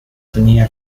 tenía